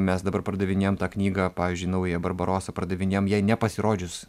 mes dabar pardavinėjam tą knygą pavyzdžiui naują barbarosą pardavinėjam jai nepasirodžius